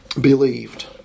believed